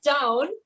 down